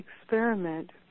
experiment